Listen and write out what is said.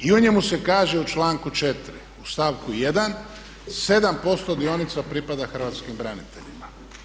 I u njemu se kaže u članku 4. u stavku 1. 7% dionica pripada hrvatskim braniteljima.